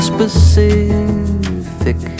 Specific